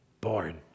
born